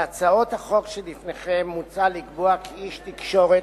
בהצעות החוק שלפניכם מוצע לקבוע, כי איש תקשורת,